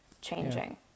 changing